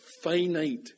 finite